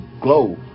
glow